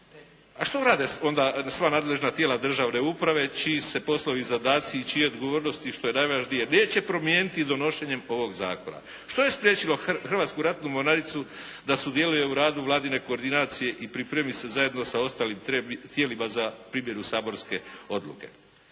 Što rade onda sva nadležna tijela državne uprave čiji se poslovi i zadaci i čije odgovornosti što je najvažnije, neće promijeniti donošenjem ovog zakona. Što je spriječilo Hrvatsku ratnu mornaricu da sudjeluje u radu vladine koordinacije i pripremi se zajedno sa ostalim tijelima za primjenu saborske odluke?